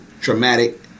traumatic